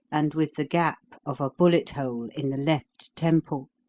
and with the gap of a bullet-hole in the left temple.